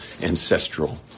ancestral